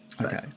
Okay